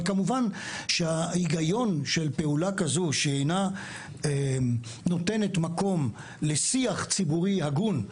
אבל מכיוון שההיגיון בפעולה כזו שאינה נותנת מקום לשיח ציבורי הגון,